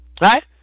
Right